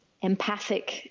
empathic